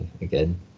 again